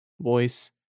voice